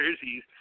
jerseys